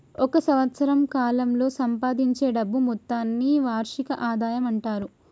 ఒక సంవత్సరం కాలంలో సంపాదించే డబ్బు మొత్తాన్ని వార్షిక ఆదాయం అంటారు